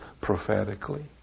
prophetically